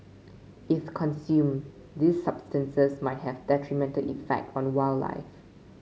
if consumed these substances might have detrimental effect on wildlife